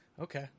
Okay